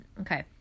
Okay